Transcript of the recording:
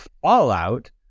fallout